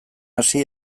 hasi